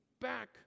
back